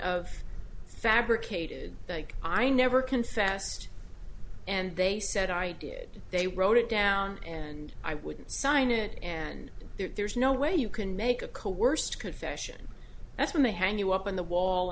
of fabricated like i never confessed and they said i did they wrote it down and i wouldn't sign it and there's no way you can make a coerced confession that's when they hang you up on the wall